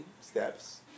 steps